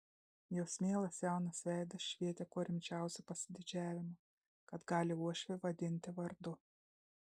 jos mielas jaunas veidas švietė kuo rimčiausiu pasididžiavimu kad gali uošvį vadinti vardu